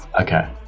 Okay